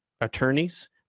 attorneys